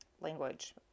language